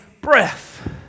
breath